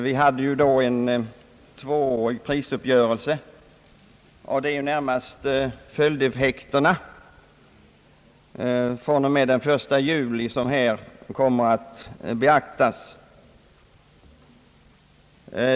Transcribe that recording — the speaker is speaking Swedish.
Vi tog ju då en tvåårig prisuppgörelse, och det är närmast följdverkningarna av denna uppgörelse från och med den 1 juli som här beaktas.